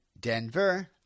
Denver